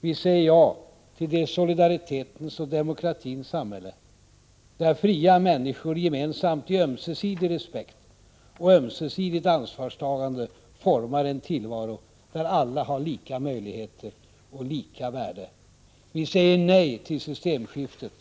Vi säger ja till det solidaritetens och demokratins samhälle där fria människor gemensamt, i ömsesidig respekt och under ömsesidigt ansvarstagande, formar en tillvaro där alla har lika möjligheter och lika värde. Vi säger nej till ”systemskiftet”